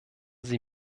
sie